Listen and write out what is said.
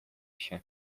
się